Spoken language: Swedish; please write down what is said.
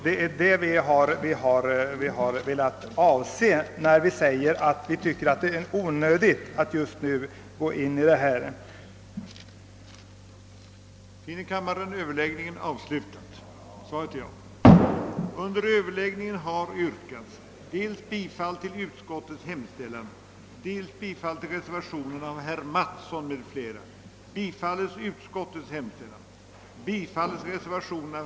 Det är det vi avser när vi säger att det är onödigt att just nu sätta i gång att utreda denna fråga.